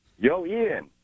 Yo-Ian